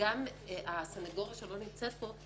וגם הסניגוריה, שלא נמצאת פה,